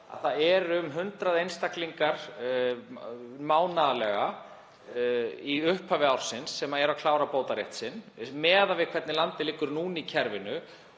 að það eru um 100 einstaklingar mánaðarlega, í upphafi ársins, sem eru að klára bótarétt sinn miðað við hvernig landið liggur núna í kerfinu.